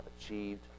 achieved